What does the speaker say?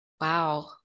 Wow